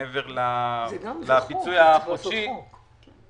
מעבר לפיצוי החודשי, שלא הוכרו בזה.